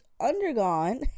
undergone